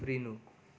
उफ्रिनु